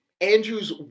Andrew's